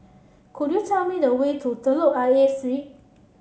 could you tell me the way to Telok Ayer Street